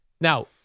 Now